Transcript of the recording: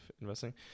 investing